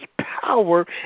power